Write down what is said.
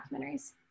documentaries